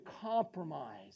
compromise